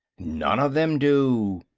none of them do.